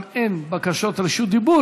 גם אין בקשות רשות דיבור,